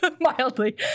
mildly